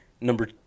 number